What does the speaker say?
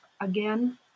again